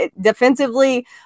defensively